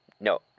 No